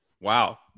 wow